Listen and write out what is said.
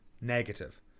Negative